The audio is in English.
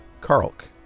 Karlk